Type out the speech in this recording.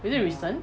is it recent